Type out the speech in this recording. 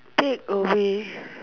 take away